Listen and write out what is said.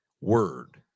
word